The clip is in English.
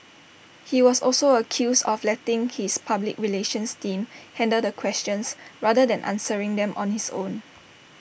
he was also accused of letting his public relations team handle the questions rather than answering them on his own